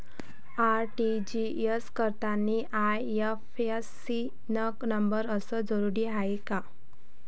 RTGS करतांनी IFSC न number असनं जरुरीच हाय का?